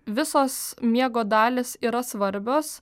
visos miego dalys yra svarbios